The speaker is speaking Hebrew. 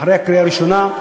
אחרי הקריאה הראשונה,